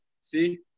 see